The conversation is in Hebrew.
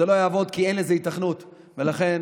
זה לא יעבוד כי אין לזה היתכנות, ולכן,